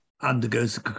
undergoes